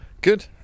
Good